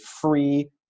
free